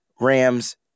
Rams